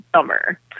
summer